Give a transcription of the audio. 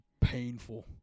painful